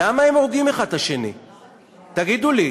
תגידו לי.